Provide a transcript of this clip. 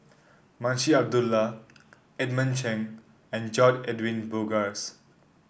Munshi Abdullah Edmund Cheng and George Edwin Bogaars